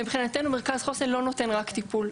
ומבחינתנו מרכז חוסן לא נותן רק טיפול.